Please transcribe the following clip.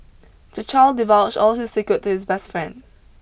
the child divulged all his secret to his best friend